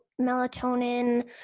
melatonin